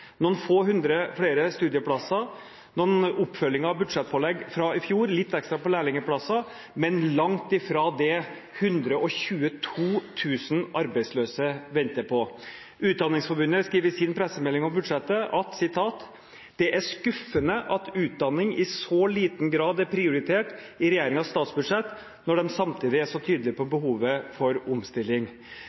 noen få hundre flere studieplasser, noe oppfølging av budsjettpålegg fra i fjor, litt ekstra til lærlingplasser, men langt ifra det 122 000 arbeidsløse venter på. Utdanningsforbundet skriver i sin pressemelding om budsjettet: «Det er skuffende at utdanning i så liten grad er prioritert i regjeringens statsbudsjett, når de samtidig er så tydelige på behovet for omstilling.»